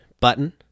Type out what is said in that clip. button